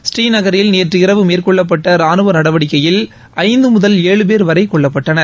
ஸ்ரீநகரில் நேற்று இரவு மேற்கொள்ளப்பட்ட ராணுவ நடவடிக்கையில் ஐந்து முதல் ஏழு பேர் வரை கொல்லப்பட்டனர்